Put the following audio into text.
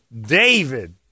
David